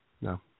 No